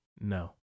No